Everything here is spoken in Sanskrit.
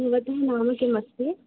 भवतः नाम किम् अस्ति